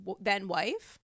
then-wife